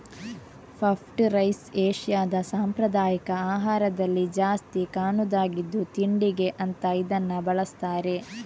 puffed rice ಏಷ್ಯಾದ ಸಾಂಪ್ರದಾಯಿಕ ಆಹಾರದಲ್ಲಿ ಜಾಸ್ತಿ ಕಾಣುದಾಗಿದ್ದು ತಿಂಡಿಗೆ ಅಂತ ಇದನ್ನ ಬಳಸ್ತಾರೆ